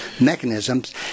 mechanisms